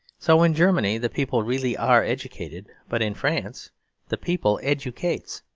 so in germany the people really are educated but in france the people educates.